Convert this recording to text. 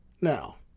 Now